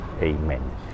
Amen